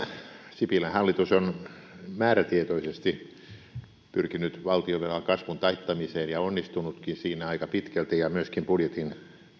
sipilän hallitus on määrätietoisesti pyrkinyt valtionvelan kasvun taittamiseen ja onnistunutkin siinä aika pitkälti ja pyrkinyt myöskin budjetin